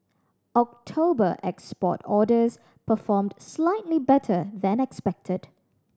October export orders performed slightly better than expected